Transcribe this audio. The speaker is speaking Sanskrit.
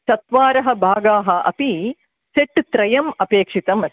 चत्वारः भागाः अपि सेट्त्रयम् अपेक्षितमस्ति